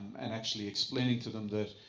and actually explaining to them that,